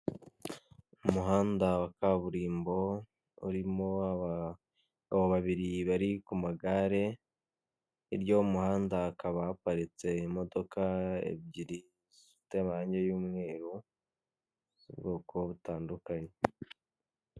Umuhanda wa kaburimbo urimo abagabo babiri bari ku magare, hirya y'umuhanda hakaba haparitse imodoka ebyiri zifite amarange y'umweru z'ubwoko butandukanye.